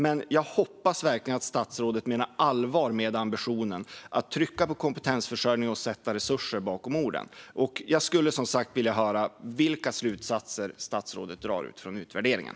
Men jag hoppas verkligen att statsrådet menar allvar med ambitionen att trycka på kompetensförsörjning och sätta resurser bakom orden. Och jag skulle som sagt vilja höra vilka slutsatser statsrådet drar utifrån utvärderingen.